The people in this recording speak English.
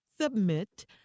submit